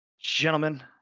Gentlemen